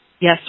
yes